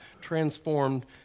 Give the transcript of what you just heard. transformed